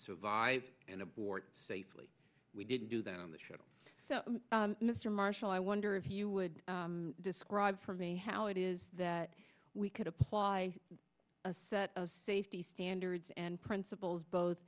survive and abort safely we didn't do that on the shuttle so mr marshall i wonder if you would describe for me how it is that we could apply a set of safety standards and principles both